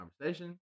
conversation